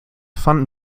fanden